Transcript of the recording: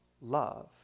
love